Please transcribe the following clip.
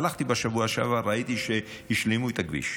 הלכתי בשבוע שעבר, ראיתי שהשלימו את הכביש.